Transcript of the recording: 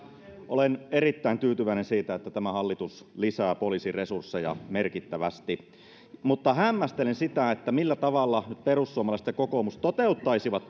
olen erittäin tyytyväinen siitä että tämä hallitus lisää poliisin resursseja merkittävästi mutta hämmästelen sitä millä tavalla perussuomalaiset ja kokoomus toteuttaisivat